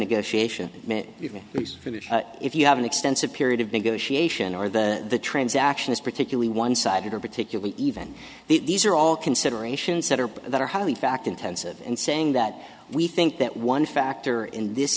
negotiation even if you have an extensive period of negotiation or the transaction is particularly one sided or particularly even these are all considerations that are that are highly fact intensive and saying that we think that one factor in this